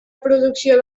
producció